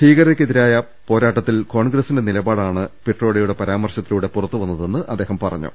ഭീകരതക്കെതിരായ പോരാട്ടത്തിൽ കോൺഗ്ര സിന്റെ നിലപാടാണ് പിട്രോഡയുടെ പരാമർശത്തിലൂടെ പുറത്തുവന്നതെന്ന് അദ്ദേഹം പറഞ്ഞു